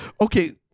Okay